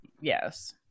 Yes